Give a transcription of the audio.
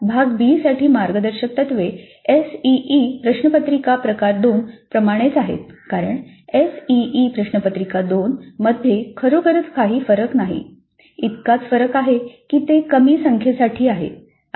आता भाग बी साठी मार्गदर्शक तत्त्वे एसईई प्रश्नपत्रिका प्रकार 2 प्रमाणेच आहेत कारण एसईई प्रश्नपत्रिका प्रकार 2 मधे खरोखरच काही फरक नाही इतकाच फरक आहे की तो कमी संख्येसाठी आहे